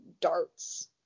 darts